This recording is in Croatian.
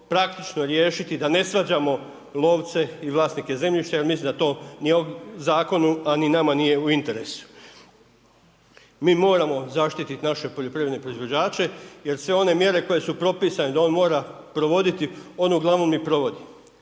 praktično riješiti da ne svađamo lovce i vlasnike zemljišta jer mislim da to ni ovim zakonom a ni nama nije u interesu. Mi moramo zaštititi naše poljoprivredne proizvođače jer sve one mjere koje su propisane da on mora provoditi, on uglavnom i provodi